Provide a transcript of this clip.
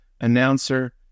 announcer